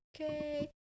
okay